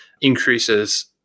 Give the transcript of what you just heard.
increases